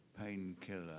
painkiller